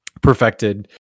perfected